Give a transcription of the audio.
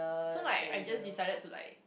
so like I just decided to like